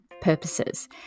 purposes